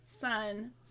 son